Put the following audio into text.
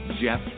Jeff